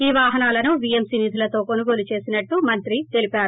ఈ వాహనాలను వీఎంసీ నిధులతో కొనుగోలు చేసినట్లు తెలిపారు